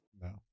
no